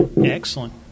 Excellent